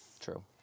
True